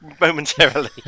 momentarily